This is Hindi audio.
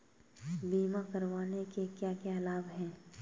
बीमा करवाने के क्या क्या लाभ हैं?